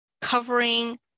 covering